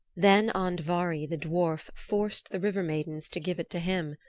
then andvari the dwarf forced the river-maidens to give it to him.